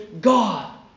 God